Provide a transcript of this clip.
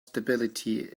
stability